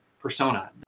persona